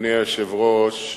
אדוני היושב-ראש,